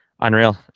unreal